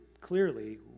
clearly